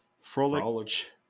Frolic